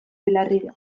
belarrira